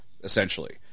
essentially